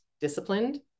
disciplined